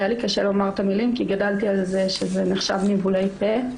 היה לי קשה לומר את המילים כי גדלתי על זה שזה נחשב ניבולי פה.